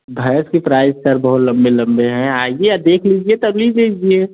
भैंस का price sir बहुत लंबे लंबे हैं आइए देख लीजिए तभी लीजिए